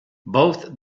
both